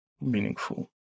meaningful